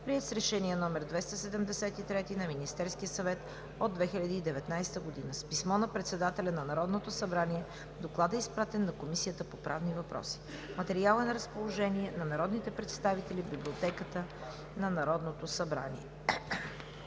приет с Решение № 273 на Министерския съвет от 2019 г. С писмо на председателя на Народното събрание докладът е изпратен на Комисията по правни въпроси. Материалът е на разположение на народните представители в Библиотеката на Народното събрание.